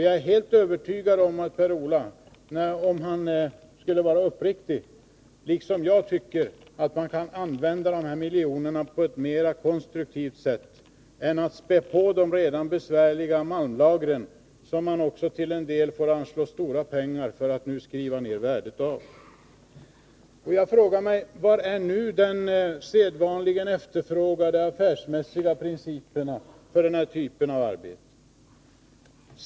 Jag är helt övertygad om att Per-Ola Eriksson, om han skulle vara uppriktig, liksom jag tycker att man kan använda de här miljonerna på ett 157 mer konstruktivt sätt än att spä på de redan besvärliga malmlagren, som man också får anslå stora pengar för att skriva ner värdet av. Jag frågar mig nu: Var är den sedvanligen efterfrågade affärsmässiga principen för den här typen av arbete?